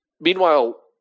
Meanwhile